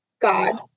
God